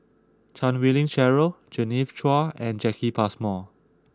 Chan Wei Ling Cheryl Genevieve Chua and Jacki Passmore